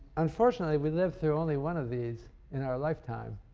unfortunately, we live through only one of these in our lifetime.